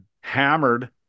hammered